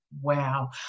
wow